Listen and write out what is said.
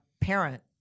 parent